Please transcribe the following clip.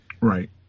Right